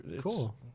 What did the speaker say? cool